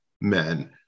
men